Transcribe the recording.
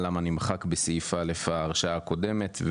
למה נמחק בסעיף (א) ההרשעה הקודמת,